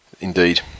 Indeed